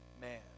man